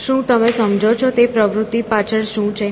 શું તમે સમજો છો તે પ્રવૃત્તિ પાછળ શું છે